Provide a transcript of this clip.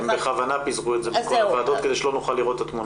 הם בכוונה פיזרו את זה בכל הוועדות כדי שלא נוכל לראות את התמונה המלאה.